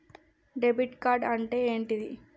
Debit card అంటే ఏంటిది?